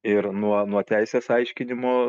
ir nuo nuo teisės aiškinimų